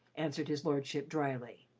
answered his lordship dryly.